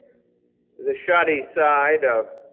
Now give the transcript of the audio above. the shoddy side of